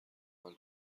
کنن